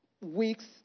week's